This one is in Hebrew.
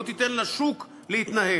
היא לא תיתן לשוק להתנהל.